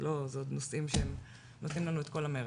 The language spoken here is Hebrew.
זה עוד נושאים שנותנים לנו את כל המרץ.